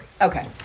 Okay